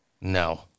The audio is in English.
No